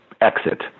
exit